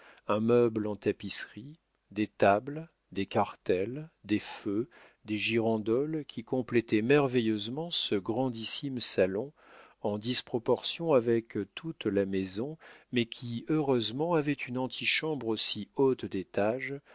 un meuble en tapisserie des tables des cartels des feux des girandoles qui complétaient merveilleusement ce grandissime salon en disproportion avec toute la maison mais qui heureusement avait une antichambre aussi haute d'étage